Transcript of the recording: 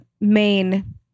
main